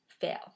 fail